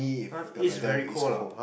ah east very cold ah